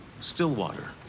Stillwater